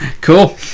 Cool